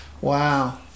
Wow